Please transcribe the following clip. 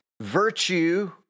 virtue